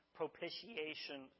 propitiation